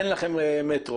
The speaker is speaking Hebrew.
אין לכם מטרו.